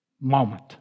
moment